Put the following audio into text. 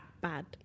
bad